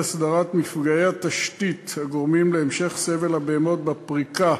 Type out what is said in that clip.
הסדרת מפגעי התשתית הגורמים להמשך סבל הבהמות בפריקה